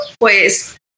pues